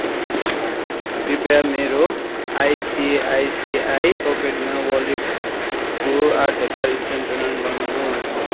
कृपया मेरो आइसिआइसिआई पकेटमा वालेटको आठ हजार स्थानान्तरण गर्नुहोस्